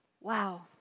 wow